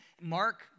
Mark